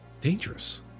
dangerous